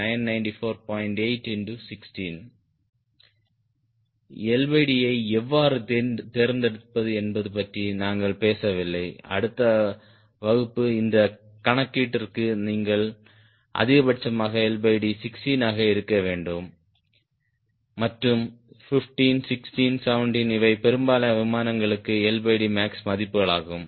8 ∗ 16 LD ஐ எவ்வாறு தேர்ந்தெடுப்பது என்பது பற்றி நாங்கள் பேசவில்லை அடுத்த வகுப்பு இந்த கணக்கீட்டிற்கு நீங்கள் அதிகபட்சமாக 16 ஆக இருக்க வேண்டும் மற்றும் 15 16 17 இவை பெரும்பாலான விமானங்களுக்கு max மதிப்புகளாகும்